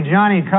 Johnny